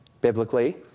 biblically